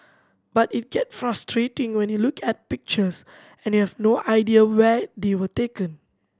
but it get frustrating when you look at pictures and you have no idea where they were taken